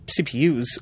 CPUs